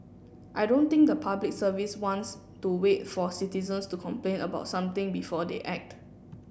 I don't think the Public Service wants to wait for citizens to complain about something before they act